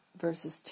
verses